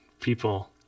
people